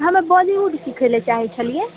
हमे बॉलीवुड सिखै लए चाहै छलिऐ